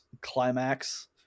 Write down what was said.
climax